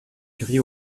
gris